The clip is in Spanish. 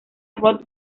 rod